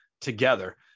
together